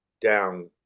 down